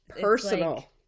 personal